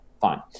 Fine